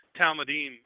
Talmudim